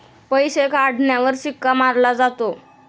पैसे काढण्यावर शिक्का मारला जातो